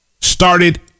started